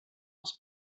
els